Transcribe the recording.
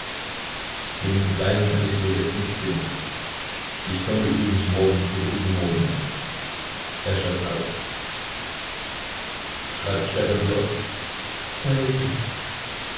den kleinen kann ich wohl jetzt nicht sehen ich komme übrigens morgen oder übermorgen her er stand auf schreibt stefan dir oft selten